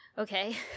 okay